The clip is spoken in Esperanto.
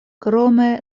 krome